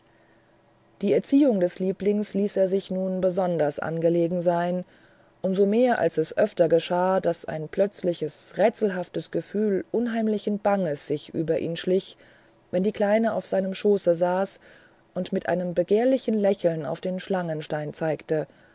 die erziehung des lieblings ließ er sich nun besonders angelegen sein um so mehr als es öfters geschah daß ein plötzliches rätselhaftes gefühl unheimlichen bangens über ihn schlich wenn die kleine auf seinem schoße saß und mit einem begehrlichen lächeln auf den schlangenstein zeigte